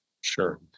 Sure